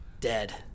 dead